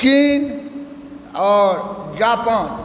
चीन आओर जापान